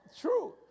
True